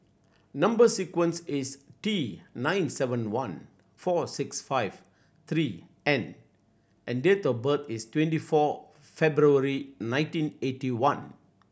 number sequence is T nine seven one four six five three N and date of birth is twenty four February nineteen eighty one